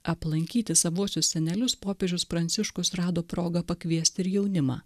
aplankyti savuosius senelius popiežius pranciškus rado progą pakviesti ir jaunimą